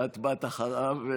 תודה רבה לשרה מירב כהן,